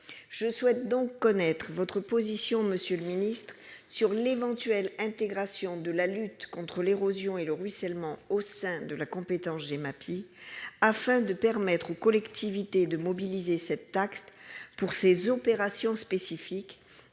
Je souhaite donc connaître votre position, monsieur le ministre, sur l'éventuelle intégration de la lutte contre l'érosion et le ruissellement au sein de la compétence Gemapi, afin de permettre aux collectivités de mobiliser cette taxe pour ces opérations spécifiques,